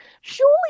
surely